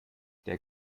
der